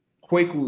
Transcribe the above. quake